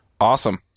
Awesome